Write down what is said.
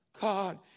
God